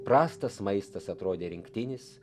prastas maistas atrodė rinktinis